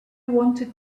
wanted